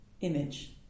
image